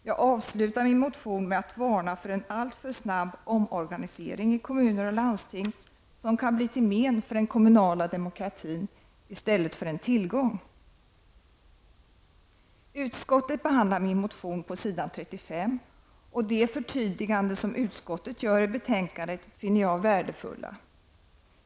Jag avslutar min motion med att varna för en alltför snabb omorganisering i kommuner och landsting, vilket kan bli till men för den kommunala demokratin i stället för en tillgång. Utskottet behandlar min motion på s. 35 i betänkandet, och de förtydliganden som utskottet gör i betänkandet finner jag värdefulla.